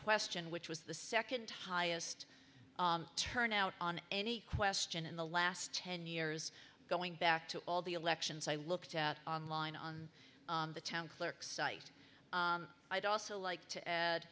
question which was the second highest turnout on any question in the last ten years going back to all the elections i looked at online on the town clerk site i'd also like to add